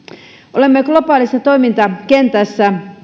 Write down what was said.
olemme globaalissa toimintakentässä